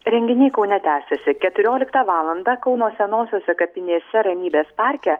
renginiai kaune tęsiasi keturioliktą valandą kauno senosiose kapinėse ir ramybės parke